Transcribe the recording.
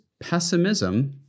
pessimism